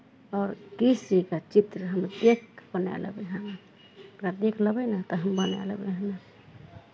आओर किसीके चित्र हम देखि कऽ बनाए लेबै हमे ओकरा देख लेबै नहि तऽ हम बनाए लेबै